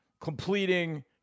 completing